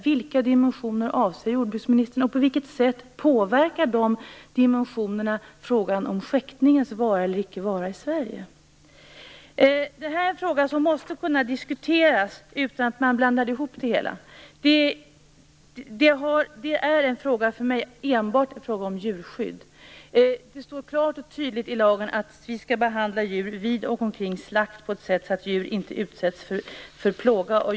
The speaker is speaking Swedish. Vilka dimensioner avser jordbruksministern, och på vilket sätt påverkar de dimensionerna frågan om skäktningens vara eller icke vara i Sverige? Detta är en fråga som måste kunna diskuteras utan att man blandar ihop det hela. För mig är det enbart en fråga om djurskydd. Det står klart och tydligt i lagen att vi vid och omkring slakt skall behandla djur på ett sådant sätt att de inte utsätts för plåga.